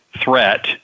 threat